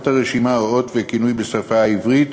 הרשימה או האות והכינוי בשפה העברית,